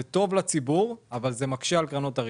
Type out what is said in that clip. זה טוב לציבור אבל מקשה על קרנות הריט.